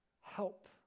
help